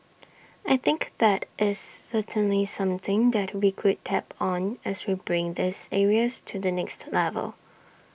I think that is certainly something that we could tap on as we bring these areas to the next level